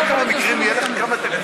אתה יודע כמה מקרים יהיו לך, בצלאל,